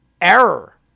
error